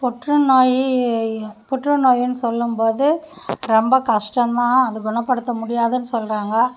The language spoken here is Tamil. புற்று நோய் புற்று நோயின்னு சொல்லும்போது ரொம்ப கஷ்டந்தான் அது குணப்படுத்த முடியாதுன்னு சொல்றாங்க